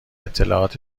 اطلاعات